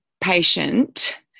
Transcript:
patient